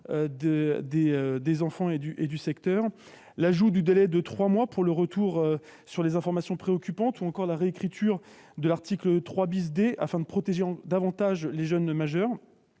des enfants et des professionnels -, au délai de trois mois pour le retour sur les informations préoccupantes ou encore à la réécriture de l'article 3 D afin de protéger davantage les jeunes majeurs.